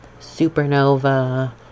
Supernova